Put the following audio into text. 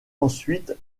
ensuite